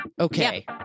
Okay